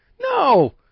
No